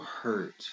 hurt